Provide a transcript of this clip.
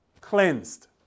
cleansed